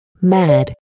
Mad